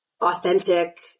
authentic